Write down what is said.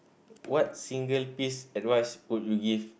what single piece advice would you give